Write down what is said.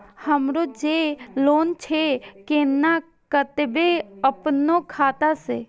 हमरो जे लोन छे केना कटेबे अपनो खाता से?